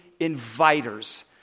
inviters